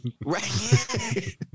Right